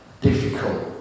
difficult